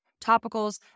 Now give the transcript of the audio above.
topicals